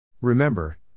Remember